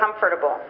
comfortable